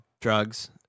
drugs